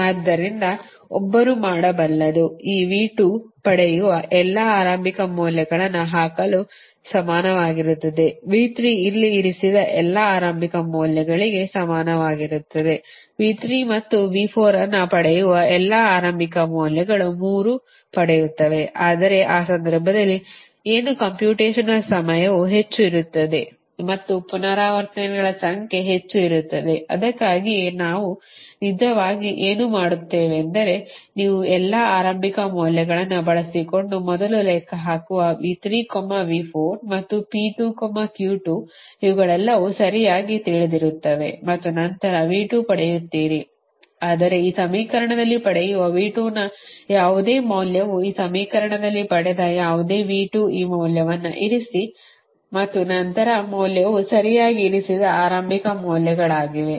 ಆದ್ದರಿಂದ ಒಬ್ಬರು ಮಾಡಬಲ್ಲದು ಈ V2 ಪಡೆಯುವ ಎಲ್ಲಾ ಆರಂಭಿಕ ಮೌಲ್ಯಗಳನ್ನು ಹಾಕಲು ಸಮಾನವಾಗಿರುತ್ತದೆ V3 ಇಲ್ಲಿ ಇರಿಸಿದ ಎಲ್ಲಾ ಆರಂಭಿಕ ಮೌಲ್ಯಗಳಿಗೆ ಸಮಾನವಾಗಿರುತ್ತದೆ V3 ಮತ್ತು V4 ಅನ್ನು ಪಡೆಯುವ ಎಲ್ಲಾ ಆರಂಭಿಕ ಮೌಲ್ಯಗಳು 3 ಪಡೆಯುತ್ತವೆ ಆದರೆ ಆ ಸಂದರ್ಭದಲ್ಲಿ ಏನು ಕಂಪ್ಯೂಟೇಶನಲ್ ಸಮಯವು ಹೆಚ್ಚು ಇರುತ್ತದೆ ಮತ್ತು ಪುನರಾವರ್ತನೆಗಳ ಸಂಖ್ಯೆ ಹೆಚ್ಚು ಇರುತ್ತದೆ ಅದಕ್ಕಾಗಿಯೇ ನಾವು ನಿಜವಾಗಿ ಏನು ಮಾಡುತ್ತೇವೆಂದರೆ ನೀವು ಎಲ್ಲಾ ಆರಂಭಿಕ ಮೌಲ್ಯಗಳನ್ನು ಬಳಸಿಕೊಂಡು ಮೊದಲು ಲೆಕ್ಕ ಹಾಕುವ V3 V4 ಮತ್ತು P2 Q2 ಇವುಗಳೆಲ್ಲವೂ ಸರಿಯಾಗಿ ತಿಳಿದಿರುತ್ತವೆ ಮತ್ತು ನಂತರ V2 ಪಡೆಯುತ್ತೀರಿ ಆದರೆ ಈ ಸಮೀಕರಣದಲ್ಲಿ ಪಡೆಯುವ V2 ನ ಯಾವುದೇ ಮೌಲ್ಯವು ಈ ಸಮೀಕರಣದಲ್ಲಿ ಪಡೆದ ಯಾವುದೇ V2 ಈ ಮೌಲ್ಯವನ್ನು ಇರಿಸಿ ಮತ್ತು ಇತರ ಮೌಲ್ಯವು ಸರಿಯಾಗಿ ಇರಿಸಿದ ಆರಂಭಿಕ ಮೌಲ್ಯಗಳಾಗಿವೆ